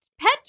pet